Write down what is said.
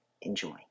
enjoy